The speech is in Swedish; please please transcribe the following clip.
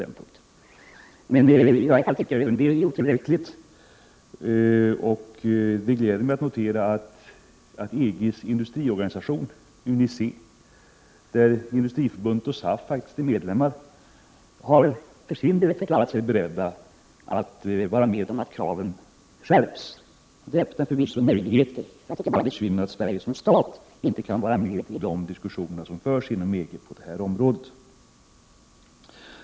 Det gläder mig därför att kunna notera att EG:s industriorganisation, där Industriförbundet och SAF är medlemmar, för sin del förklarat sig beredd att vara med om att kraven skärps. Det öppnar förvisso möjligheter. Jag tycker bara att det är synd att Sverige inte på samma sätt som medlemsstaterna kan vara med i de diskussioner som på det här området förs inom EG.